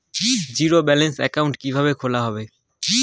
Zero balance account কিভাবে খোলা হয়?